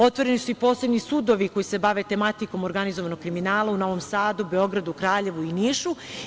Otvoreni su i posebni sudovi koji se bave tematikom organizovanog kriminala u Novom Sadu, Beogradu, Kraljevu i Nišu.